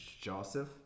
joseph